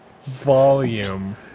Volume